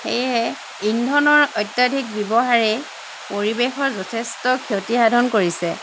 সেয়েহে ইন্ধনৰ অত্যাধিক ব্যৱহাৰে পৰিৱেশৰ যথেষ্ট ক্ষতি সাধন কৰিছে